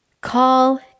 call